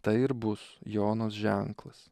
tai ir bus jonos ženklas